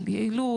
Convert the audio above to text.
על יעילות.